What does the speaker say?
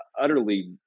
utterly